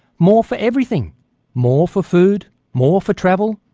more for everything more for food, more for travel,